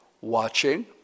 watching